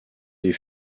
des